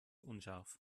unscharf